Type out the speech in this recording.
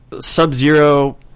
sub-zero